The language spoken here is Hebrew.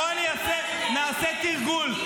בואי נעשה תרגול.